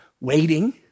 waiting